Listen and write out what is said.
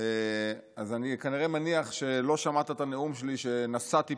אז אני מניח שלא שמעת את הנאום שנשאתי